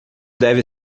deve